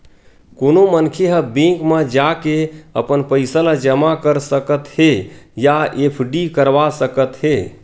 कोनो मनखे ह बेंक म जाके अपन पइसा ल जमा कर सकत हे या एफडी करवा सकत हे